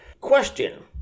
Question